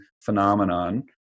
phenomenon